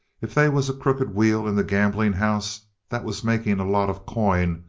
if they was a crooked wheel in the gambling house that was making a lot of coin,